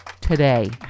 Today